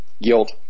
guilt